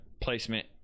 placement